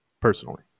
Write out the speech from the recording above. Personally